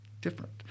different